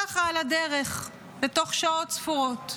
ככה, על הדרך, בתוך שעות ספורות.